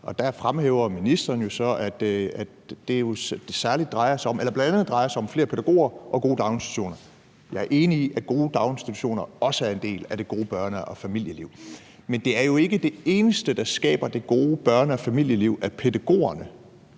og der fremhæver ministeren så, at det bl.a. drejer sig om flere pædagoger og gode daginstitutioner. Jeg er enig i, at gode daginstitutioner også er en del af det gode børne- og familieliv. Men det er jo ikke det eneste, der skaber det gode børne- og familieliv, altså at der er